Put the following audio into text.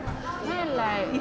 then I like